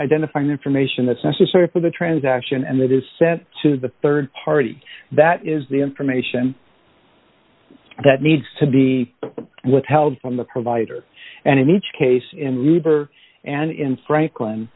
identifying information that's necessary for the transaction and that is sent to the rd party that is the information that needs to be withheld from the provider and in each case in looper and in franklin